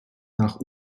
nach